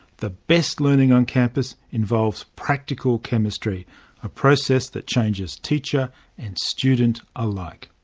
the best learning on campus involves practical chemistry a process that changes teacher and student alike.